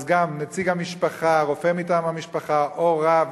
אז גם נציג המשפחה, רופא מטעם המשפחה או רב